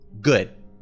Good